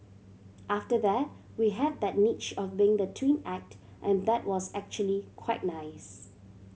after that we had that niche of being the twin act and that was actually quite nice